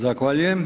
Zahvaljujem.